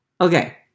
Okay